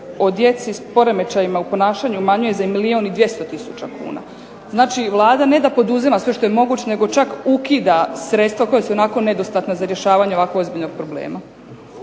o djeci s poremećajima u ponašanju manje je za milijun 200 tisuća kuna. Znači, Vlada ne da poduzima sve što je moguće nego čak ukida sredstva koja su ionako nedostatna za rješavanje ovako ozbiljnog problema.